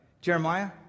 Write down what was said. Jeremiah